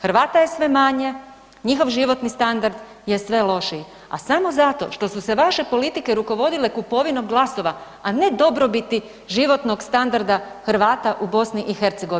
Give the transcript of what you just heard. Hrvata je sve manje, njihov životni standard je sve lošiji, a samo zato što su se vaše politike rukovodile kupovinom glasova, a ne dobrobiti životnog standarda Hrvata u BiH.